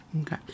Okay